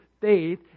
faith